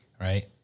Right